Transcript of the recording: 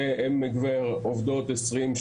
שהן עובדות עשרים,